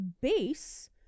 base